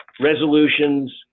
resolutions